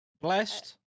Blessed